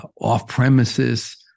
off-premises